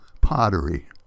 pottery